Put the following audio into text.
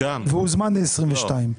והוזמן ל-22'?